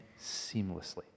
seamlessly